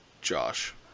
Josh